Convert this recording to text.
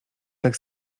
tak